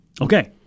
Okay